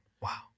Wow